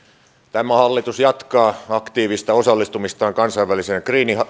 tämä hallitus jatkaa aktiivista osallistumistaan kansainväliseen